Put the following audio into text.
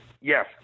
yes